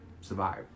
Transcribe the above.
survive